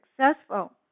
successful